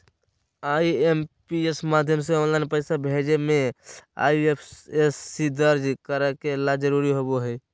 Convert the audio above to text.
IMPS माध्यम से online पैसा भेजे मे आई.एफ.एस.सी दर्ज करे ला जरूरी होबो हय